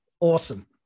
awesome